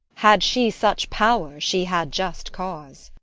had she such power, she had just cause.